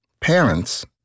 parents